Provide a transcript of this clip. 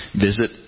visit